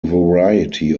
variety